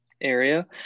area